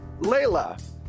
Layla